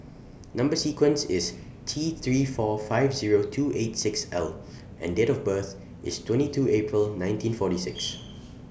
Number sequence IS T three four five Zero two eight six L and Date of birth IS twenty two April nineteen forty six